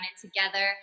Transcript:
together